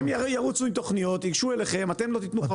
הם ירוצו עם תוכניות, ייגשו אליכם, אתם לא תתנו.